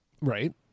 Right